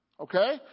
Okay